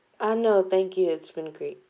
uh no thank you it's been great